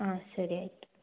ಹಾಂ ಸರಿ ಆಯಿತು